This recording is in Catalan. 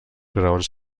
graons